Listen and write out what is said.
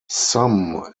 some